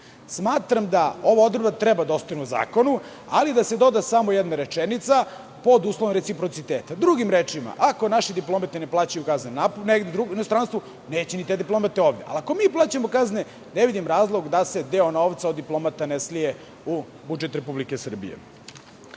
Smatram da ova odredba treba da ostane u zakonu, ali da se doda samo jedna rečenica – pod uslovom reciprociteta. Drugim rečima, ako naše diplomate ne plaćaju kazne u inostranstvu, neće ih plaćati ni ovde. Ako mi plaćamo kazne, ne vidim razlog da se deo novca od diplomata ne slije u budžet Republike Srbije. Druga